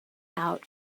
out